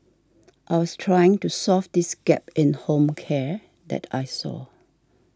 I was trying to solve this gap in home care that I saw